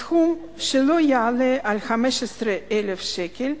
בסכום שלא יעלה על 15,000 שקל,